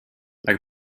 like